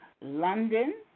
London